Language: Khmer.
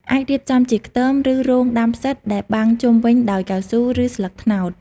អាចរៀបចំជាខ្ទម ឬរោងដាំផ្សិតដែលបាំងជុំវិញដោយកៅស៊ូ ឬស្លឹកត្នោត។